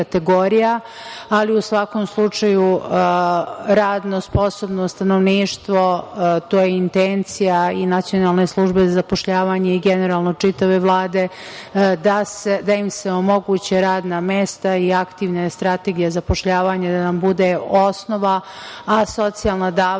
ali u svakom slučaju radno sposobno stanovništvo, to je intencija i Nacionalne službe za zapošljavanje i generalno čitave Vlade da im se omoguće radna mesta i aktivna strategija zapošljavanja da nam bude osnova, a socijalna davanja